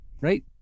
right